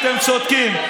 אתם צודקים,